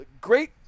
Great